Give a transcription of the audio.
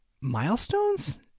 Milestones